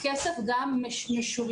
הכסף גם משוריין.